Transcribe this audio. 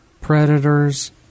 predators